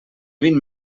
vint